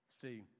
See